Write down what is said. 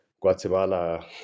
Guatemala